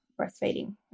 breastfeeding